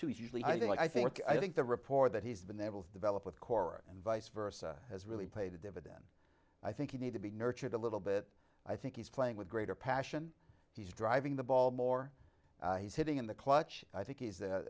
think i think i think the report that he's been able to develop with cora and vice versa has really paid a dividend i think you need to be nurtured a little bit i think he's playing with greater passion he's driving the ball more he's hitting in the clutch i think he's